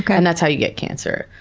and that's how you get cancer.